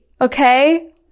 Okay